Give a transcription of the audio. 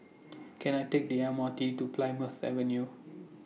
Can I Take The M R T to Plymouth Avenue